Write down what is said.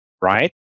Right